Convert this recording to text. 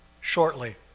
shortly